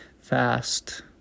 fast